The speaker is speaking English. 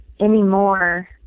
anymore